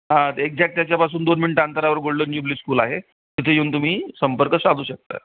हां तर एक्झॅक्ट त्याच्यापासून दोन मिनटं अंतरावर गोल्डन ज्युबली स्कूल तिथे येऊन तुम्ही संपर्क साधू शकता